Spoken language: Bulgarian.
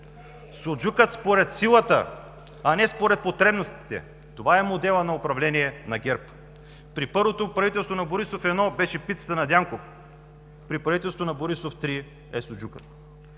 Суджукът според силата, а не според потребностите – това е моделът на управление на ГЕРБ. При първото правителство на Борисов 1 беше пицата на Дянков, при правителството на Борисов 3 – суджукът.